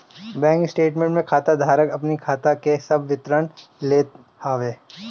bank statement में खाता धारक अपनी खाता के सब विवरण लेत हवे